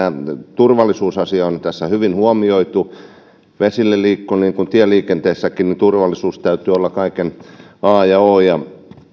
turvallisuusasia on tässä jo hyvin huomioitu vesillä liikkuessa niin kuin tieliikenteessäkin turvallisuuden täytyy olla kaiken a ja o ja